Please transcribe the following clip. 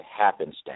happenstance